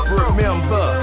remember